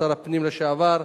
שר הפנים לשעבר,